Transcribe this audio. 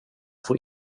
får